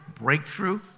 breakthrough